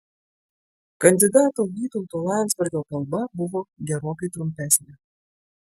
kandidato vytauto landsbergio kalba buvo gerokai trumpesnė